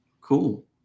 Cool